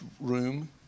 room